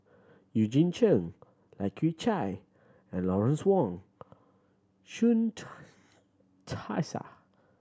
Eugene Chen Lai Kew Chai and Lawrence Wong Shyun Tsai